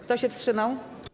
Kto się wstrzymał?